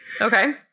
Okay